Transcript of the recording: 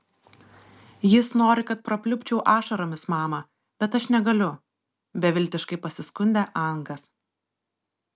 jis nori kad prapliupčiau ašaromis mama bet aš negaliu beviltiškai pasiskundė angas